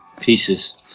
pieces